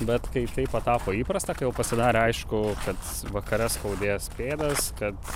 bet kai tai patapo įprasta kai jau pasidarė aišku kad vakare skaudės pėdas kad